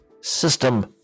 system